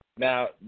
Now